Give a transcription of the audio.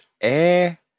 air